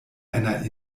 einer